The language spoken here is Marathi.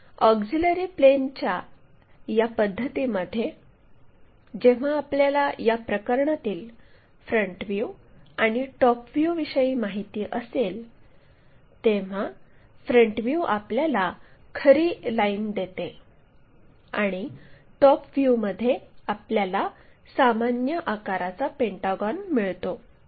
तर ऑक्झिलिअरी प्लेनच्या या पद्धतीमध्ये जेव्हा आपल्याला या प्रकरणातील फ्रंट व्ह्यू आणि टॉप व्ह्यूविषयी माहित असेल तेव्हा फ्रंट व्ह्यू आपल्याला खरी लाईन देते आणि टॉप व्ह्यूमध्ये आपल्याला सामान्य आकाराचा पेंटागॉन मिळतो